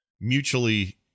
mutually